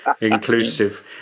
inclusive